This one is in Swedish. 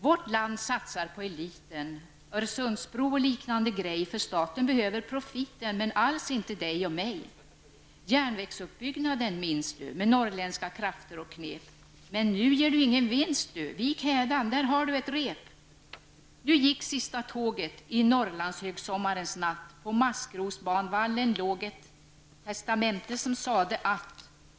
Vårt land satsar på eliten, för staten behöver profiten men alls inte dej och mej. men nu ger du ingen vinst du, vik hädan -- där har du ett rep.